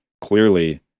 clearly